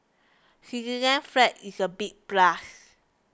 Switzerland's flag is a big plus